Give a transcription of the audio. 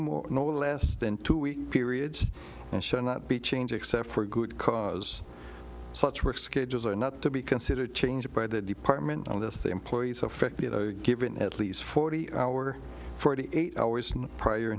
more no less than two week period and so not be change except for good cause such work schedules are not to be considered changed by the department on this the employees affected given at least forty hour forty eight hours prior